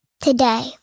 Today